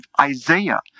Isaiah